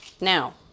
Now